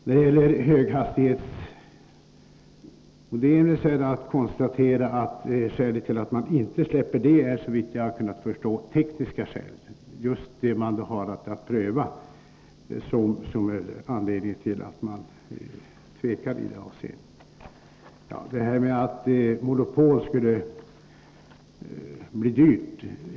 När det gäller höghastighetsmodemen är det, såvitt jag kan förstå, tekniska skäl som gör att man inte släpper monopolet. Monopol medför höga kostnader, säger Björn Molin.